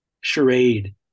charade